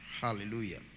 Hallelujah